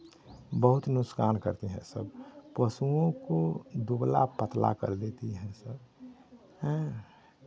बहुत नुकसान करती है सब पशुओं को दुबला पतला कर देती है सब हैं